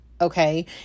okay